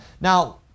Now